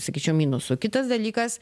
sakyčiau minusų kitas dalykas